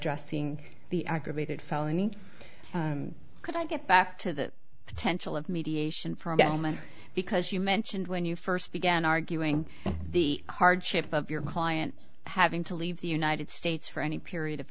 addressing the aggravated felony could i get back to the potential of mediation for government because you mentioned when you first began arguing the hardship of your client having to leave the united states for any period of